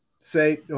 say